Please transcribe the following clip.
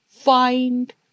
Find